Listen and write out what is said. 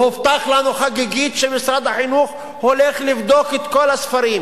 והובטח לנו חגיגית שמשרד החינוך הולך לבדוק את כל הספרים,